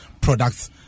products